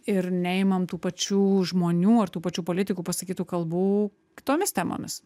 ir neimam tų pačių žmonių ar tų pačių politikų pasakytų kalbų kitomis temomis